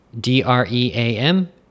D-R-E-A-M